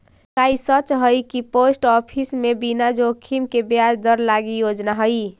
का ई सच हई कि पोस्ट ऑफिस में बिना जोखिम के ब्याज दर लागी योजना हई?